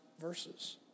verses